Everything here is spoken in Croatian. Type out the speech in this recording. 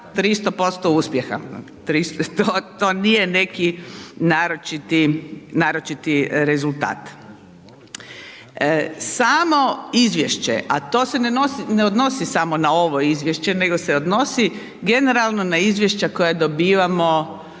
300% uspjeha, to nije neki naročiti, naročiti rezultat. Samo izvješće, a to se ne odnosi samo na ovo izvješće, nego se odnosi generalno na izvješća koja dobivamo